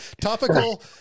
topical